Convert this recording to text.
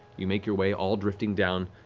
you make your way, all drifting down,